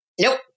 Nope